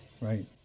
right